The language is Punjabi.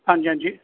ਹਾਂਜੀ ਹਾਂਜੀ